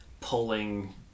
pulling